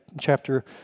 chapter